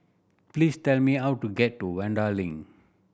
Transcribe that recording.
please tell me how to get to Vanda Link